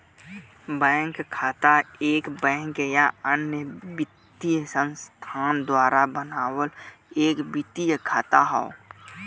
bank खाता एक bank या अन्य वित्तीय संस्थान द्वारा बनावल एक वित्तीय खाता हौ